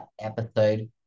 episode